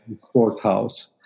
courthouse